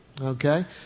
Okay